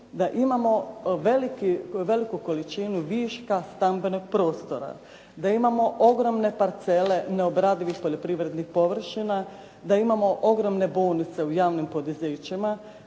Da imamo veliku količinu viška stambenog prostora. Da imamo ogromne parcele neobradivih poljoprivrednih površina. Da imamo ogromne bonuse u javnim poduzećima.